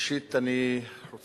ראשית אני רוצה